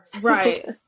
Right